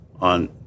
on